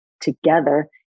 together